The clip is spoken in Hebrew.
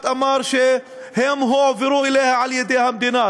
אמר שהם הועברו אליה על-ידי המדינה,